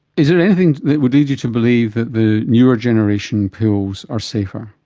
is there anything that would lead you to believe that the newer generation pills are safer?